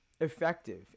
effective